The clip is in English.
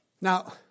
Now